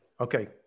Okay